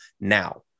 now